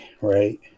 right